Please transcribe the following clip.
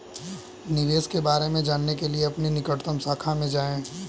निवेश के बारे में जानने के लिए अपनी निकटतम शाखा में जाएं